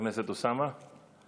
חבר הכנסת אוסאמה סעדי.